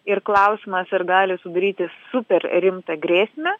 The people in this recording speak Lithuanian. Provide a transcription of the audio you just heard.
ir klausimas ar gali sudaryti superrimtą grėsmę